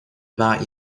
about